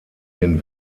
den